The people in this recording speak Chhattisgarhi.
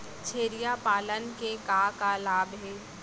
छेरिया पालन के का का लाभ हे?